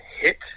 hit